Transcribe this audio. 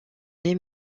les